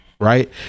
right